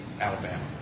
Alabama